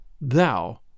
thou